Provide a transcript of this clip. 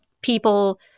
people